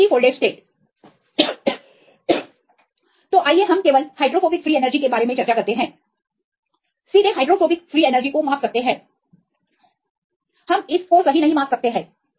protein की folded state तो आइए हम केवल हाइड्रोफोबिक फ्रीएनर्जी के बारे में चर्चा करते हैं सीधे हाइड्रोफोबिक फ्री एनर्जी को माप सकते हैं हम इस तरह की कल्पना शक्ति को सही नहीं माप सकते हैं